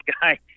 guy